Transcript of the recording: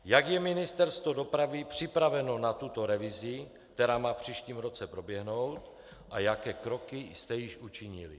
Jak je Ministerstvo dopravy připraveno na tuto revizi, která má v příštím roce proběhnout a jaké kroky jste již učinili?.